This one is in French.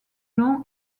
nom